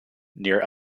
near